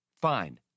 Fine